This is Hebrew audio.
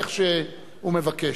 איך שהוא מבקש.